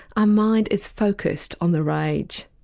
our mind is focussed on the rage.